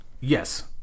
Yes